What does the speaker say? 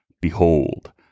Behold